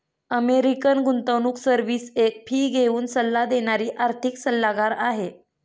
American गुंतवणूक service एक fee घेऊन सल्ला देणारी आर्थिक सल्लागार आहे